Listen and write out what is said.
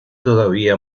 todavía